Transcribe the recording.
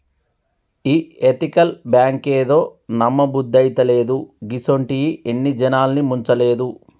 ఈ ఎతికల్ బాంకేందో, నమ్మబుద్దైతలేదు, గిసుంటియి ఎన్ని జనాల్ని ముంచలేదు